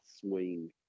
swing